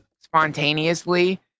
spontaneously